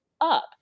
up